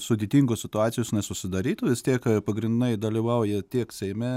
sudėtingos situacijos nesusidarytų vis tiek pagrindinai dalyvauja tiek seime